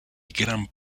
gran